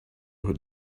know